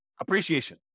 appreciation